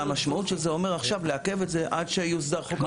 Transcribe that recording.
המשמעות היא שנעכב את זה עד שיוסדר חוק הפיקוח.